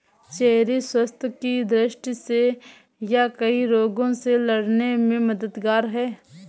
cherry स्वास्थ्य की दृष्टि से यह कई रोगों से लड़ने में मददगार है